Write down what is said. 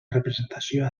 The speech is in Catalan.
representació